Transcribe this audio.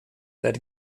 that